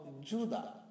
Judah